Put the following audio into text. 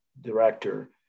director